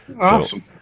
Awesome